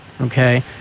okay